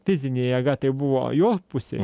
fizinė jėga tai buvo jų pusėj